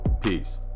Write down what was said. Peace